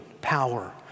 power